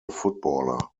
footballer